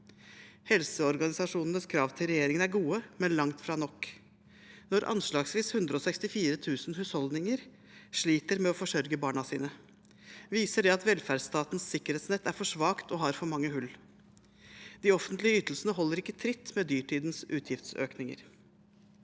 Helseorganisasjonenes krav til regjeringen er gode, men det er langt fra nok. Når anslagsvis 164 000 husholdninger sliter med å forsørge barna sine, viser det at velferdsstatens sikkerhetsnett er for svakt og har for mange hull. De offentlige ytelsene holder ikke tritt med dyrtidens utgiftsøkninger,